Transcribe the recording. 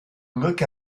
look